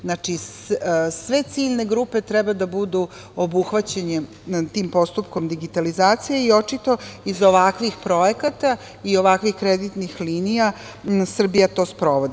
Znači, sve ciljne grupe treba da budu obuhvaćene tim postupkom digitalizacije i očito iz ovakvih projekata i ovakvih kreditnih linija Srbija to sprovodi.